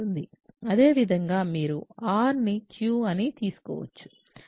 అదేవిధంగా మీరు Rని Q అని తీసుకోవచ్చు